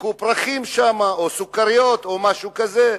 חילקו פרחים שם, או סוכריות או משהו כזה.